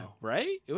right